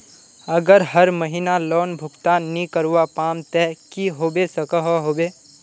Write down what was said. अगर हर महीना लोन भुगतान नी करवा पाम ते की होबे सकोहो होबे?